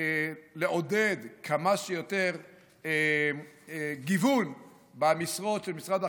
כמה שיותר גיוון במשרות של משרד החינוך.